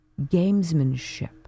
gamesmanship